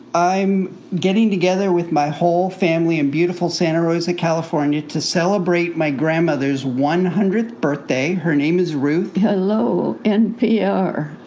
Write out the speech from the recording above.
i'm getting together with my whole family in beautiful santa rosa, calif, and to celebrate my grandmother's one hundredth birthday. her name is ruth hello, npr.